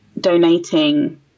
donating